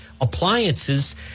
appliances